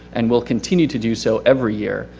and will continue to do so every year.